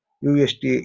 UST